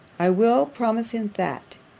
i will promise him, that,